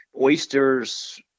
oysters